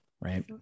Right